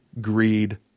greed